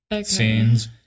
scenes